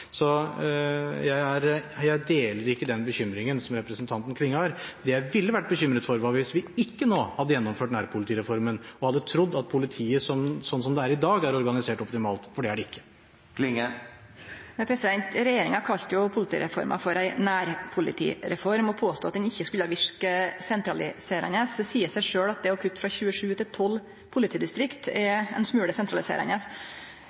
Jeg deler ikke den bekymringen som representanten Klinge har. Det jeg ville vært bekymret for, var hvis vi ikke nå hadde gjennomført nærpolitireformen og hadde trodd at politiet sånn som det er i dag, er organisert optimalt, for det er det ikke. Regjeringa kalla politireforma for ei nærpolitireform og påstod at ho ikkje skulle verke sentraliserande. Det seier seg sjølv at det å kutte frå 27 til 12 politidistrikt